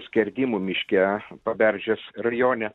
skerdimų miške paberžės rajone